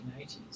1980s